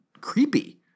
creepy